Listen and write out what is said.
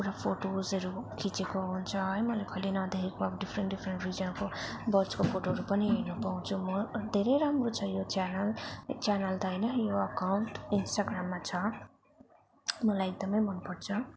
फोटोस्हरू खिचेको हुन्छ है मैले कहिले नदेखेको अब डिफिरेन्ट डिफिरेन्ट डिजाइनको बर्ड्सको पनि फोटोहरू पनि हेर्न पाउँछु हो धेरै राम्रो छ यो च्यानल च्यानल त होइन यो अकाउन्ट इन्सटाग्राममा छ मलाई एकदमै मनपर्छ